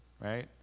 right